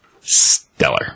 stellar